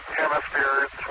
hemispheres